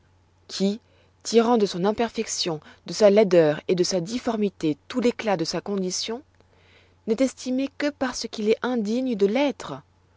qui tirant de son imperfection de sa laideur et de sa difformité tout l'éclat de sa condition n'est estimé que parce qu'il est indigne de l'être